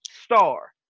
star